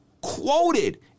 quoted